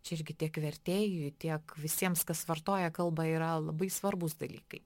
čia irgi tiek vertėjui tiek visiems kas vartoja kalbą yra labai svarbūs dalykai